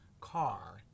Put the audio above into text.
car